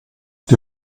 die